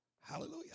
Hallelujah